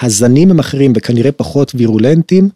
‫הזנים הם אחרים וכנראה פחות ‫וירולנטיים